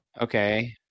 Okay